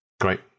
Great